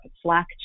Slack